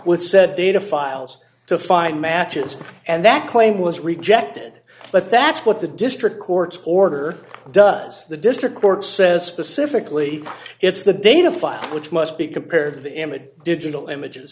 said data files to find matches and that claim was rejected but that's what the district court's order does the district court says specifically it's the data file which must be compared to the emmett digital images